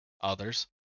others